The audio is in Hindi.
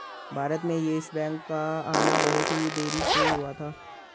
भारत में येस बैंक का आना बहुत ही देरी से हुआ था